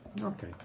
Okay